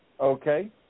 okay